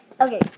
Okay